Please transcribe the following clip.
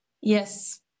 Yes